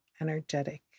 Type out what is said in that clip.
energetic